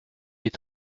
est